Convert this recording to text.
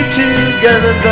together